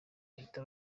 bahita